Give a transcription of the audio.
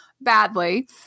badly